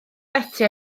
beti